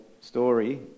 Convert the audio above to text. story